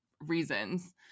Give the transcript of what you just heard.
reasons